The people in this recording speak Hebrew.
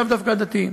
לאו דווקא דתיים.